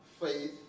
faith